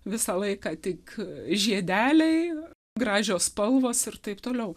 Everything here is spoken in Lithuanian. visą laiką tik žiedeliai gražios spalvos ir taip toliau